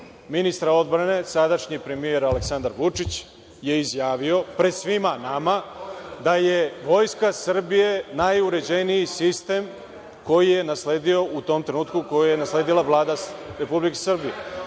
ministra odbrane, sadašnji premijer Aleksandar Vučić je izjavio pred svima nama da je Vojska Srbije najuređeniji sistem koji je nasledio u tom trenutku, koji je nasledila Vlada Republike Srbije.